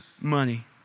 money